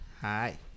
Hi